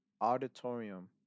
Auditorium